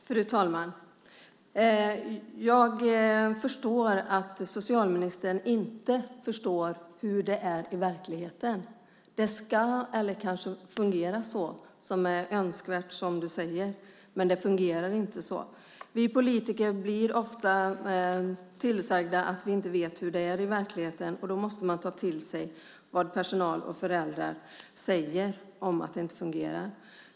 Fru talman! Jag förstår att socialministern inte förstår hur det är i verkligheten. Det ska kanske fungera så som är önskvärt som du säger, men det fungerar inte så. Vi politiker blir ofta tillsagda att vi inte vet hur det är i verkligheten. Då måste vi ta till oss vad personal och föräldrar säger om att det inte fungerar.